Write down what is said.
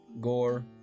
Gore